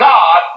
God